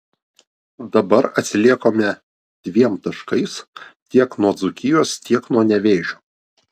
dabar atsiliekame dviem taškais tiek nuo dzūkijos tiek nuo nevėžio